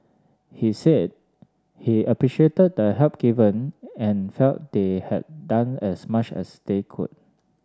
he said he appreciated the help given and felt they had done as much as they could